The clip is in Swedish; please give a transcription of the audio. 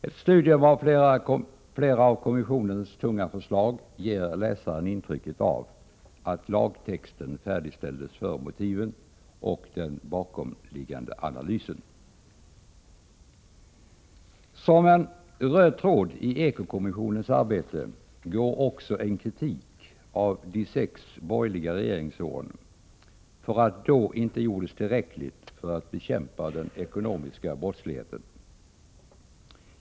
Ett studium av flera av kommissionens tunga förslag ger läsaren intrycket av att lagtexten färdigställdes före motiven och den bakomliggande analysen. Som en röd tråd i eko-kommissionens arbete går också en kritik av de sex borgerliga regeringsåren — att då inte gjordes tillräckligt för att bekämpa den ekonomiska brottsligheten.